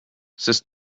sest